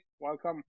Welcome